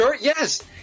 yes